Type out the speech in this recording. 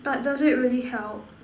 but does it really help